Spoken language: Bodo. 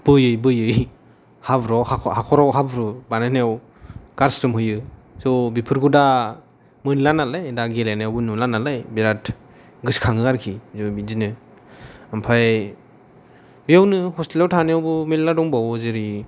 बोयै बोयै हाब्रुआव हाखराव हाब्रु बानायनायाव गारसोमहैयो स' बेफोरखौ दा मोनलानालाय दा गेलेनायावबो नुला नालाय बिराद गोसखाङो आरोखि बिदिनो ओमफ्राय बेयावनो हस्टेलाव थानायावबो मेरला दंबावो जेरै